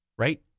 right